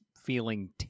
feeling